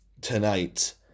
tonight